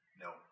No